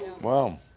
Wow